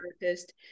therapist